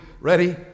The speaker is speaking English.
Ready